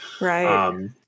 right